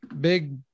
big